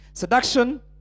seduction